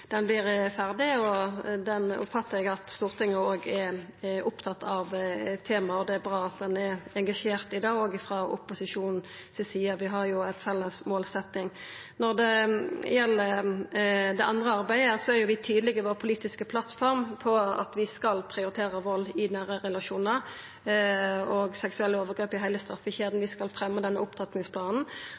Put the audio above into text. ferdig. Eg oppfattar at òg Stortinget er opptatt av temaet, og det er bra at ein er engasjert i det òg frå opposisjonen si side. Vi har ei felles målsetting. Når det gjeld det andre arbeidet, er vi i den politiske plattforma vår tydeleg på at vi skal prioritera vald i nære relasjonar og seksuelle overgrep, i heile straffekjeda. Vi skal